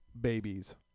babies